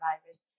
survivors